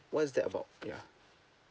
what is that about yeah